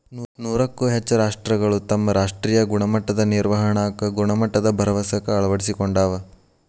ನೂರಕ್ಕೂ ಹೆಚ್ಚ ರಾಷ್ಟ್ರಗಳು ತಮ್ಮ ರಾಷ್ಟ್ರೇಯ ಗುಣಮಟ್ಟದ ನಿರ್ವಹಣಾಕ್ಕ ಗುಣಮಟ್ಟದ ಭರವಸೆಕ್ಕ ಅಳವಡಿಸಿಕೊಂಡಾವ